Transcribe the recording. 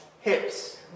hips